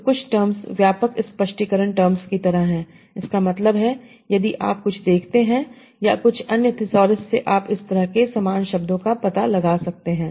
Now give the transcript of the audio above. तो कुछ टर्म्स व्यापक स्पष्टीकरण टर्म्स की तरह हैं इसका मतलब है यदि आप कुछ देखते हैं संदर्भ समय 0703 या कुछ अन्य थिसॉरस से आप इस तरह के समान शब्दों का पता लगा सकते हैं